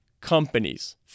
companies